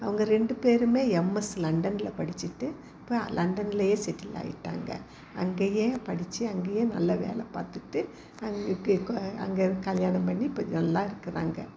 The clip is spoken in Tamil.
அவங்க ரெண்டு பேருமே எம்எஸ் லண்டனில் படிச்சுட்டு இப்போ லண்டன்லையே செட்டில் ஆயிட்டாங்க அங்கேயே படித்து அங்கேயே நல்ல வேலை பார்த்துட்டு அங் இப்போ க்க அங்கே கல்யாணம் பண்ணி இப்போ நல்லா இருக்கிறாங்க